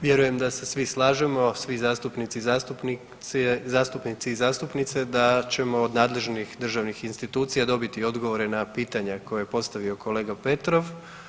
Vjerujem da se svi slažemo, svi zastupnici i zastupnice da ćemo od nadležnih državnih institucija dobiti odgovore na pitanja koje je postavio kolega Petrov.